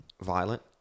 Violent